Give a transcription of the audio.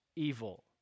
evil